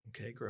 Okay